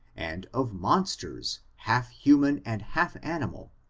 and of monsters, half human and half animal,